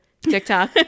TikTok